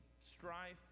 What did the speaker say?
strife